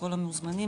כל המוזמנים,